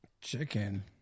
Chicken